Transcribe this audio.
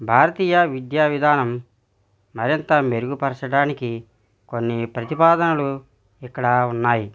భారతీయ విద్యా విధానం మరింత మెరుగుపరచడానికి కొన్ని ప్రతిపాదనలు ఇక్కడ ఉన్నాయి